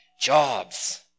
jobs